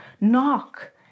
Knock